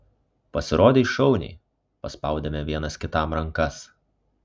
pasirodei šauniai paspaudėme vienas kitam rankas